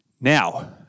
Now